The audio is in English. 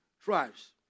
tribes